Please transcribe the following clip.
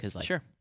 Sure